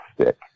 stick